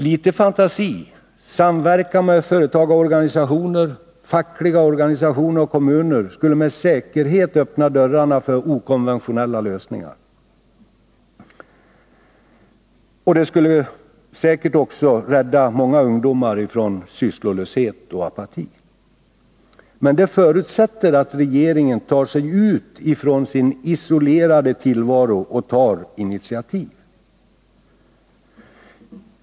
Litet fantasi, samverkan med företagarorganisationer, fackliga organisationer och kommuner skulle med säkerhet öppna dörrarna för okonventionella lösningar, och det skulle säkert också rädda många ungdomar från sysslolöshet och apati. Men det förutsätter att regeringen tar sig ut trån sin isolerade tillvaro och tar initiativ.